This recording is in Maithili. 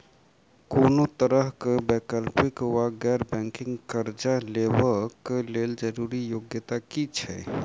कोनो तरह कऽ वैकल्पिक वा गैर बैंकिंग कर्जा लेबऽ कऽ लेल जरूरी योग्यता की छई?